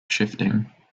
shifting